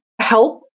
help